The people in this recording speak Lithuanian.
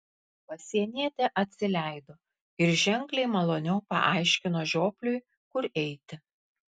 pasienietė atsileido ir ženkliai maloniau paaiškino žiopliui kur eiti